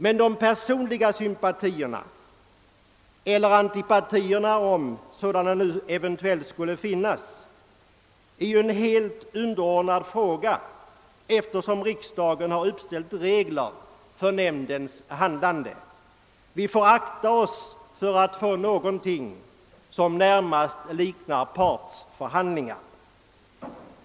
Men de personliga sympatierna — eller antipatierna, om sådana eventuellt finns — är en helt underordnad sak, eftersom riksdagen har uppställt regler för nämndens handlande. Och vi måste försöka undvika att få något som närmast liknar partsförhandlingar.